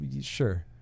Sure